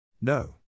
No